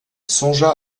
songea